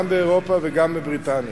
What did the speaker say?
גם באירופה וגם בבריטניה,